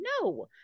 No